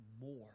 more